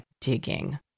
digging